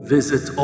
Visit